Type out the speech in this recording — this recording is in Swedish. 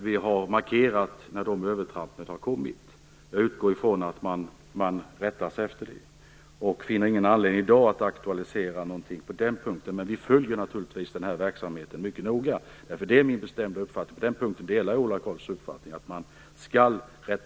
Vi har markerat när de övertrampen har kommit. Jag utgår ifrån att man rättar sig efter det och finner ingen anledning att i dag aktualisera någonting på den punkten, men vi följer naturligtvis den här verksamheten mycket noga. Det är min bestämda uppfattning att man skall rätta sig efter domstolsbeslut.